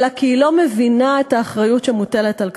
אלא כי היא לא מבינה את האחריות שמוטלת על כתפיה.